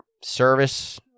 Service